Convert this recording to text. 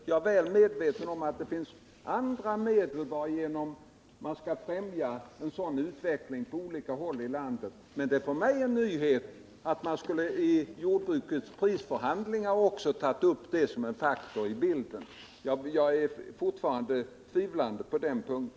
Jag är väl medveten om att det finns andra medel varigenom man skall främja en sådan utveckling på alla håll i landet — men det är för mig en nyhet att man i jordbruksprisförhandlingar skulle ta med också det som en faktor i bilden. Jag är fortfarande tvivlande på den punkten.